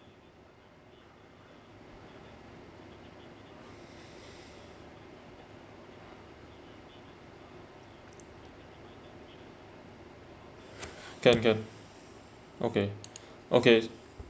can can okay okay